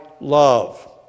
love